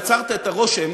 או יצרת את הרושם,